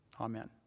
Amen